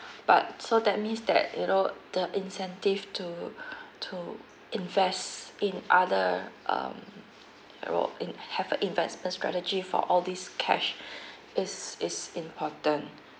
but so that means that you know the incentive to to invest in other um you know in have a investment strategy for all this cash is is important